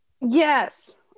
yes